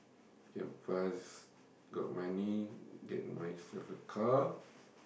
can pass got money get myself a car